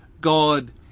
God